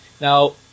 Now